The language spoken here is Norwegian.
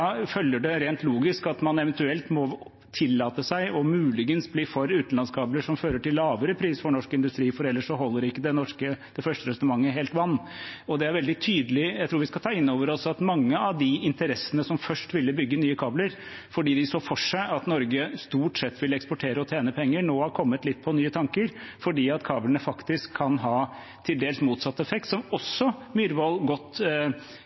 følger det rent logisk at man eventuelt må tillate seg muligens å bli for utenlandskabler som fører til lavere pris for norsk industri, ellers holder ikke det første resonnementet helt vann. Jeg tror vi skal ta inn over oss at mange av de interessene som først ville bygge nye kabler fordi de så for seg at Norge stort sett ville eksportere og tjene penger, nå har kommet litt på nye tanker fordi kablene faktisk kan ha til dels motsatt effekt. Representanten Myhrvold illustrerte det godt